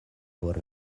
por